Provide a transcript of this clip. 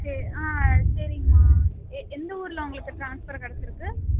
சரி ஆ சரிங்கமா எ எந்த ஊரில் உங்களுக்கு ட்ரான்ஸ்ஃபர் கிடச்சிருக்கு